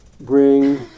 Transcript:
bring